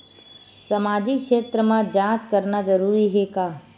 सामाजिक क्षेत्र म जांच करना जरूरी हे का?